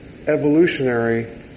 evolutionary